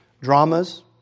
Dramas